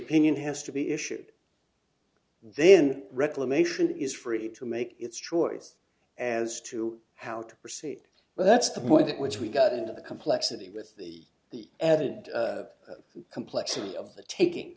opinion has to be issued then reclamation is free to make its choice as to how to proceed but that's the point at which we got into the complexity with the the complexity of the taking